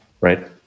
Right